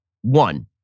one